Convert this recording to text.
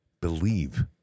Believe